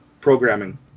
programming